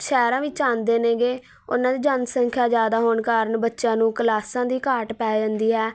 ਸ਼ਹਿਰਾਂ ਵਿੱਚ ਆਉਂਦੇ ਨੇਗੇ ਉਹਨਾਂ ਦੀ ਜਨਸੰਖਿਆ ਜ਼ਿਆਦਾ ਹੋਣ ਕਾਰਨ ਬੱਚਿਆਂ ਨੂੰ ਕਲਾਸਾਂ ਦੀ ਘਾਟ ਪੈ ਜਾਂਦੀ ਹੈ